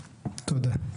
תודה.